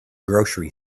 groceries